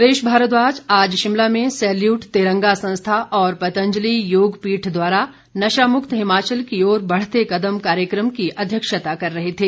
सुरेश भारद्वाज आज शिमला में सैल्यूट तिरंगा संस्था और पतंजलि योगपीठ द्वारा नशा मुक्त हिमाचल की ओर बढ़ते कदम कार्यक्रम की अध्यक्षता कर रहे थे